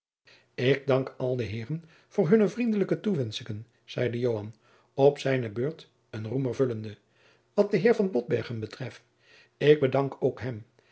ik dank al de heeren voor hunne vriendelijke toewenschingen zeide joan op zijne beurt een roemer vullende wat den heer van botbergen betreft ik bedank ook hem